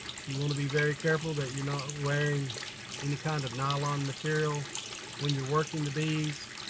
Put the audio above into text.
so you want to be very careful that you're not wearing any kind of nylon material when you're working the bees,